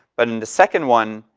but in the second one,